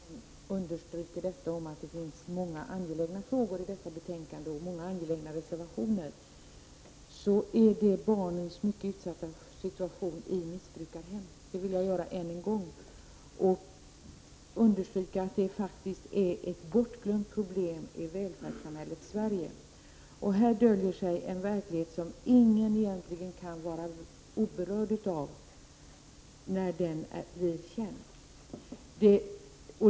Herr talman! En fråga som jag skulle vilja att den låg Sinikka Bohlin varmt om hjärtat är frågan om situationen för de mycket utsatta barnen i missbru karhem. Jag påminner om detta, eftersom Sinikka Bohlin understryker att det är många angelägna frågor och reservationer som tas upp i detta betänkande. Vidare understryker jag att det här faktiskt är ett bortglömt problem i välfärdssamhället Sverige. Här döljer sig en verklighet som egentligen ingen kan vara opåverkad av när denna väl blir känd.